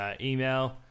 email